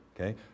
okay